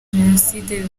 jenoside